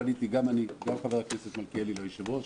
פניתי גם אני וגם חבר הכנסת מלכיאלי ליושב-ראש.